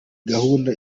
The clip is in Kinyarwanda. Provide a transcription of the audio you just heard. gahunda